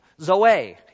Zoe